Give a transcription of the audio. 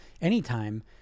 anytime